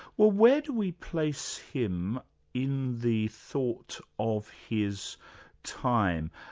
where where do we place him in the thought of his time?